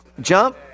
Jump